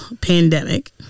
pandemic